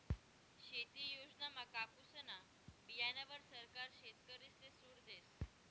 शेती योजनामा कापुसना बीयाणावर सरकार शेतकरीसले सूट देस